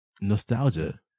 nostalgia